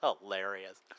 hilarious